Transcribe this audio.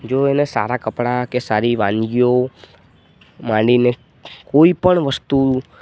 જો એને સારા કપડા કે સારી વાનગીઓ માંડીને કોઈ પણ વસ્તુ